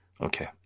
Okay